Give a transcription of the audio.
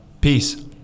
peace